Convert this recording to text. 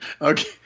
Okay